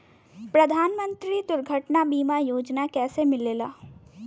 प्रधानमंत्री दुर्घटना बीमा योजना कैसे मिलेला?